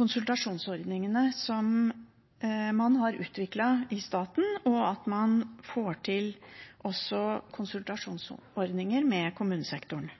konsultasjonsordningene som man har utviklet i staten, og at man også får til konsultasjonsordninger med kommunesektoren.